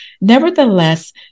nevertheless